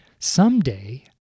Someday